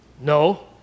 No